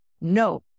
no